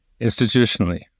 institutionally